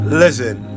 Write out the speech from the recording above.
listen